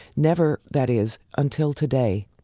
never, that is, until today.